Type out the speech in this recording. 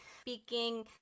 speaking